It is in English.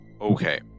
Okay